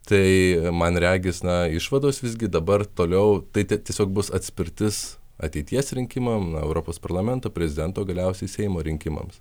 tai man regis na išvados visgi dabar toliau tai tiesiog bus atspirtis ateities rinkimam europos parlamento prezidento galiausiai seimo rinkimams